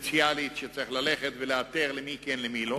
דיפרנציאלית, שצריך ללכת ולאתר למי כן ולמי לא.